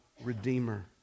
Redeemer